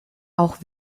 auch